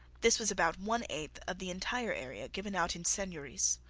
this was about one-eighth of the entire area given out in seigneuries.